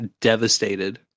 devastated